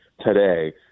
today